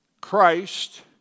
Christ